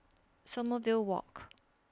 Sommerville Walk